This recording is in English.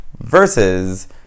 Versus